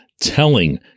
telling